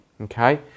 Okay